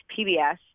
PBS